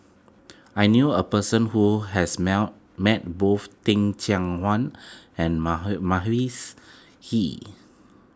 I knew a person who has mell met both Teh Cheang Wan and Hee